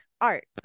art